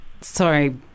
Sorry